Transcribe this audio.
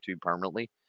permanently